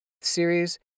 series